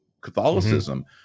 Catholicism